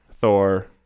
thor